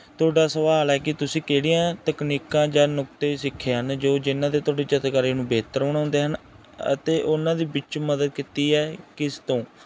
ਤੁਹਾਡਾ ਸਵਾਲ ਹੈ ਕਿ ਤੁਸੀਂ ਕਿਹੜੀਆਂ ਤਕਨੀਕਾਂ ਜਾਂ ਨੁਕਤੇ ਸਿੱਖੇ ਹਨ ਜੋ ਜਿਹਨਾਂ ਦੇ ਤੁਹਾਡੀ ਚਿੱਤਰਕਾਰੀ ਨੂੰ ਬਿਹਤਰ ਬਣਾਉਂਦੇ ਹਨ ਅਤੇ ਉਹਨਾਂ ਦੇ ਵਿੱਚ ਮਦਦ ਕੀਤੀ ਹੈ ਕਿਸ ਤੋਂ